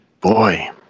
Boy